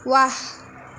ৱাহ